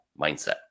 mindset